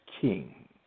king